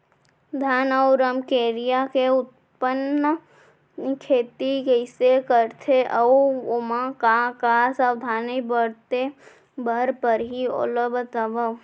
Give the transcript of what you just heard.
धान अऊ रमकेरिया के उन्नत खेती कइसे करथे अऊ ओमा का का सावधानी बरते बर परहि ओला बतावव?